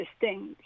distinct